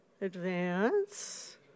advance